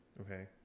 Okay